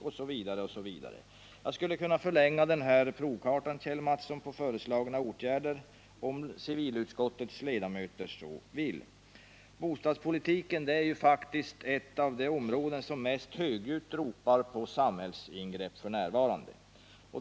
Jag skulle kunna förlänga denna provkarta på föreslagna åtgärder, Kjell Mattsson, om civilutskottets ledamöter så vill. Bostadspolitiken är faktiskt f.n. ett av de områden som mest högljutt ropar på samhällsingrepp.